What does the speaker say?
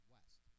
West